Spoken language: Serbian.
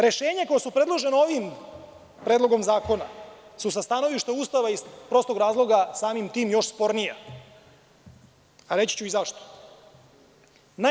Rešenja koja su predložena ovim predlogom zakona su sa stanovišta Ustava iz prostog razloga samim tim još spornija, a reći ću i zašto.